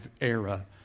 era